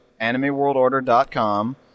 AnimeWorldOrder.com